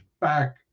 back